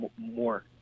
more